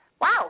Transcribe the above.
wow